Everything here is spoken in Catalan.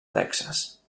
texas